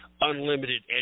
unlimited